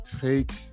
take